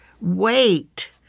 wait